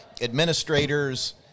administrators